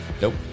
Nope